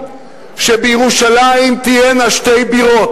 שבירושלים תהיינה שתי בירות.